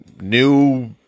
new